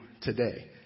today